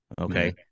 Okay